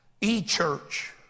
E-church